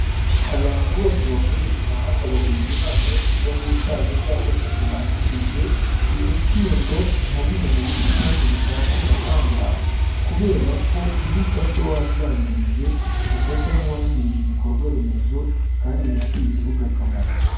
Abantu bose bakoresha umuhanda bagirwa inama yo kudahutaza cyangwa se ngo bangirize imikindo nka bumwe mu busitani butaka umuhanda, kubera ko iyo ufashwe wabyangirije, ufatwa nk'uwangirije ibikorwa remezo, kandi bifitiye igihugu akamaro.